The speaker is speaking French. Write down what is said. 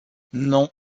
non